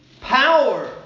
power